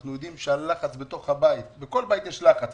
שאנחנו יודעים הלחץ בתוך הבית בכל בית יש לחץ,